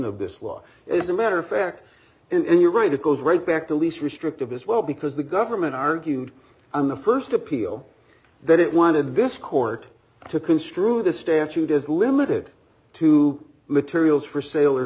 of this law is a matter of fact and you're right it goes right back to least restrictive as well because the government argued on the st appeal that it wanted this court to construe this statute as limited to materials for sale or